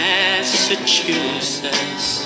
Massachusetts